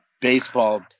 Baseball